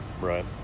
Right